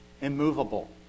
immovable